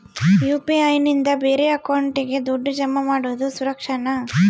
UPI ನಿಂದ ಬೇರೆ ಅಕೌಂಟಿಗೆ ದುಡ್ಡು ಜಮಾ ಮಾಡೋದು ಸುರಕ್ಷಾನಾ?